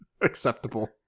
acceptable